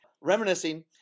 reminiscing